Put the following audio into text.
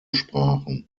sprachen